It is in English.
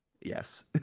Yes